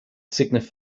shade